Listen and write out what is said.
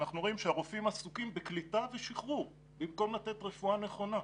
אנחנו רואים שהרופאים עסוקים בקליטה ושחרור במקום לתת רפואה נכונה.